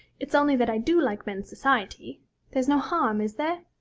it's only that i do like men's society there's no harm, is there?